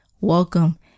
welcome